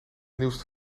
nieuwste